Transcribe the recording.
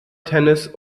tennis